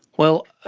well,